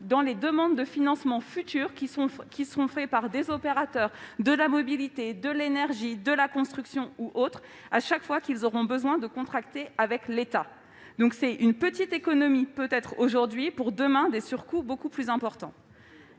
dans les demandes de financement futures réalisées par les opérateurs de la mobilité, de l'énergie, de la construction ou autre, chaque fois que ceux-ci auront besoin de contracter avec l'État. Cette petite économie d'aujourd'hui entraînera, demain, des surcoûts beaucoup plus importants.